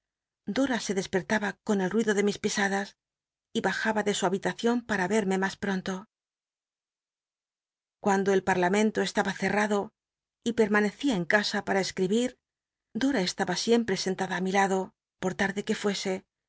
dora e despertaba con el mido de mis pi adas y ba iaha de su habija cion para verme mas ptonto cunndo el pal'lamcnto estaba cerrado y lci'ntanecia en casa para esct'ibi r dora estaba sicmptc scnlad i mi lado por tarde que ruesc